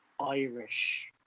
Irish